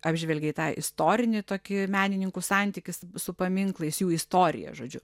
apžvelgei tą istorinį tokį menininkų santykį su paminklais jų istoriją žodžiu